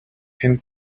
can